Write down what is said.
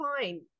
fine